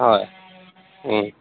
হয়